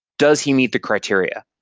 does he meet the criteria?